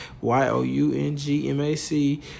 Y-O-U-N-G-M-A-C